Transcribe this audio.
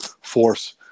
force